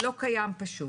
לא קיים פשוט.